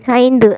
ஐந்து